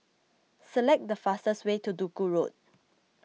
select the fastest way to Duku Road